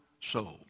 soul